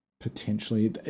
Potentially